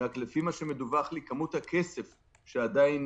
רק שלפי מה שמדווח לי כמות הכסף שעדיין